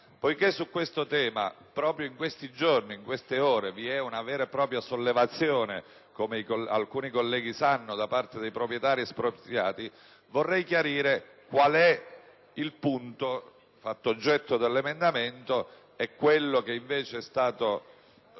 Poiché su questo tema, proprio in questi giorni e in queste ore vi è una vera e propria sollevazione, come alcuni colleghi sanno, da parte dei proprietari espropriati, vorrei chiarire qual è il punto fatto oggetto dell'emendamento 2.270 e il testo che invece è stato